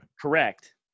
Correct